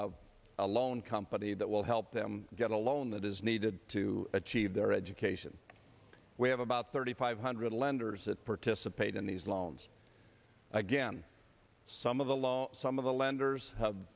a loan company that will help them get a loan that is needed to achieve their education we have about thirty five hundred lenders that participate in these loans again some of the law some of the lenders have